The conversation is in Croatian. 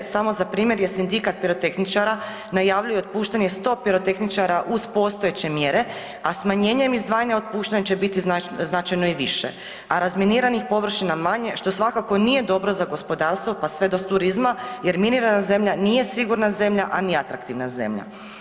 Samo za primjer je Sindikat pirotehničara najavljuje otpuštanje 100 pirotehničara uz postojeće mjere, a smanjenjem izdvajanja otpuštanja će biti značajno i više, a razminiranih površina manje, što svakako nije dobro za gospodarstvo pa sve do turizma jer minirana zemlja nije sigurna zemlja, a ni atraktivna zemlja.